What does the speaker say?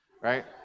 right